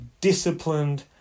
disciplined